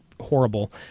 horrible